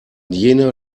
jener